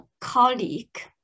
colleague